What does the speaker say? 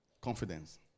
Confidence